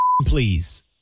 please